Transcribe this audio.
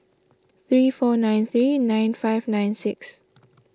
three four five three nine five nine six